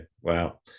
Wow